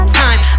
time